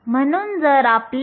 तर Ec Ev म्हणजेच band अंतर आहे